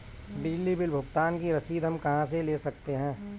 बिजली बिल भुगतान की रसीद हम कहां से ले सकते हैं?